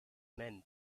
men